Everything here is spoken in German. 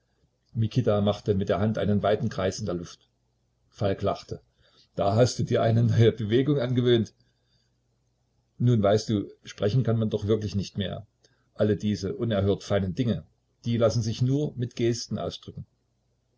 mikita machte mit der hand einen weiten kreis in der luft falk lachte da hast du dir eine neue bewegung angewöhnt nun weißt du sprechen kann man doch wirklich nicht mehr alle diese unerhört feinen dinge die lassen sich nur mit gesten ausdrücken